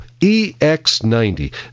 EX90